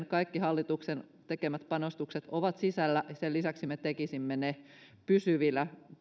kaikki hallituksen tekemät panostukset koulutukseen ovat sisällä ja sen lisäksi me tekisimme ne pysyvillä